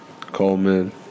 Coleman